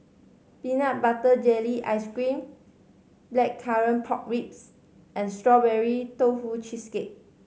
peanut butter jelly ice cream Blackcurrant Pork Ribs and Strawberry Tofu Cheesecake